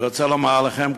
אני רוצה לומר לכם,